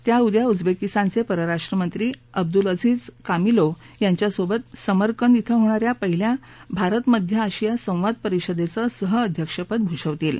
त्या उद्या उजबेकिस्तानघे परराष्ट्रमंत्री अब्दुलअजीज कामिलोव यांच्या सोबत समरकंद इथं होणाऱ्या पहिल्या भारत मध्य आशिया संवाद परिषेदचं सहअध्यक्षपद भूषवतील